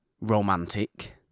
romantic